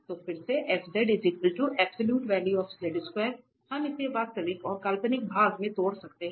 तो फिर से हम इसे वास्तविक और काल्पनिक भाग में तोड़ सकते हैं